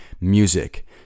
music